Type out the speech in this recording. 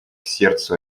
сердцу